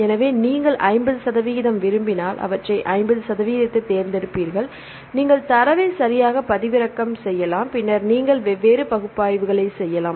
எனவே நீங்கள் 50 சதவிகிதம் விரும்பினால் அவற்றை 50 சதவிகிதத்தைத் தேர்ந்தெடுப்பீர்கள் நீங்கள் தரவை சரியாக பதிவிறக்கம் செய்யலாம் பின்னர் நீங்கள் வெவ்வேறு பகுப்பாய்வுகளை செய்யலாம்